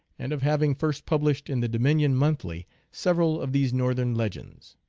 and of having first published in the dominion monthly several of these northern legends.